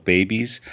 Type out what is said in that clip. Babies